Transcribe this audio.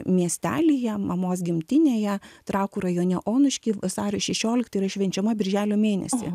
miestelyje mamos gimtinėje trakų rajone onušky vasario šešiolikta yra švenčiama birželio mėnesį